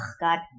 God